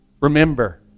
remember